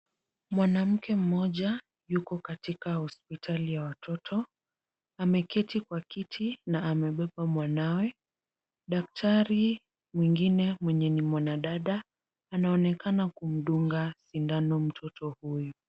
Mwanamke mmoja yuko katika hospitali ya watoto. Ameketi kwa kiti na amebeba mwanawe. Daktari mwingine mwenye ni mwanadada anaonekana kumdunga sindano mtoto huyu.